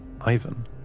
Ivan